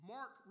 Mark